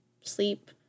sleep